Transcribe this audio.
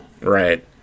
Right